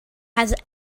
has